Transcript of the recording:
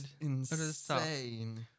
insane